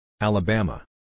Alabama